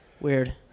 Weird